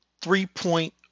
three-point